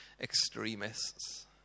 extremists